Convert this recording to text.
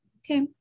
Okay